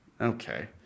Okay